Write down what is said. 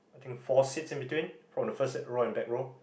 think four seats in between from the first row and back row